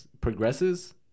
progresses